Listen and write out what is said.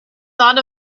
thought